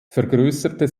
vergrößerte